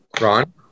Ron